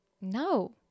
No